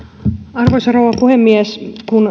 arvoisa rouva puhemies